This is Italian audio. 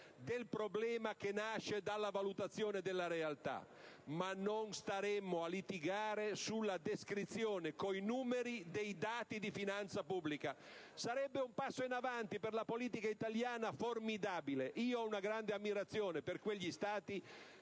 del problema che nasce dalla valutazione della realtà, ma non staremmo a litigare sulla descrizione con i numeri dei dati di finanza pubblica. Sarebbe un passo in avanti per la politica italiana formidabile. Io ho una grande ammirazione per quegli Stati